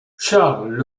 charles